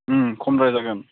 उम खमद्राय जागोन